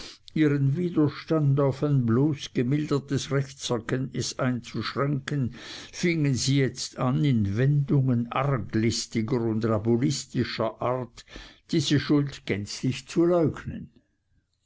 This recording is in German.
ihren widerstand auf ein bloß gemildertes rechtserkenntnis einzuschränken fingen sie jetzt an in wendungen arglistiger und rabulistischer art diese schuld selbst gänzlich zu leugnen